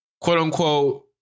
quote-unquote